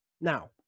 Now